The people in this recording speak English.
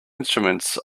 instruments